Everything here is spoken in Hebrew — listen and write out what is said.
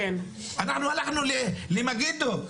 אנחנו הלכנו למגידו.